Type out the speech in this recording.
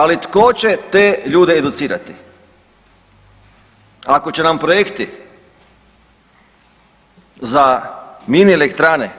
Ali tko će ste ljude educirati ako će nam projekti za mini elektrane